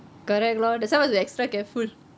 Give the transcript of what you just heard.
correct lor that's why must be extra careful